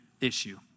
issue